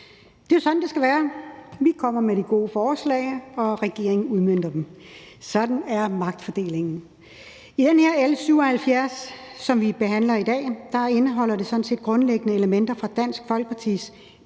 Det er jo sådan, det skal være: Vi kommer med de gode forslag, og regeringen udmønter dem. Sådan er magtfordelingen. Det her L 78, som vi behandler i dag, indeholder sådan set grundlæggende elementer fra Dansk Folkepartis